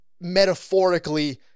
metaphorically